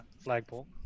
flagpole